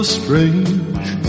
strange